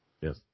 Yes